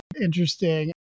interesting